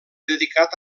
dedicat